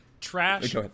Trash